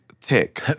tick